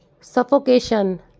suffocation